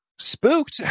spooked